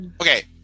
Okay